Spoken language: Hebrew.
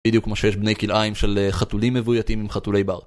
בדיוק כמו שיש בני כלאיים של חתולים מבויתים עם חתולי בר.